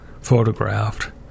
photographed